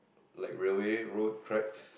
like railway road tracks